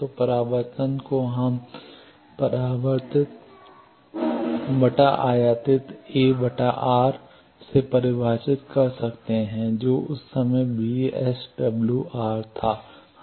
तो परावर्तन को हम परावर्तित बटा आयातित A R से परिभाषित कर सकते हैं जो उस समय बीएसडब्ल्यूआर था